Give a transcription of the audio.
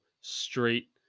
straight